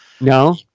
No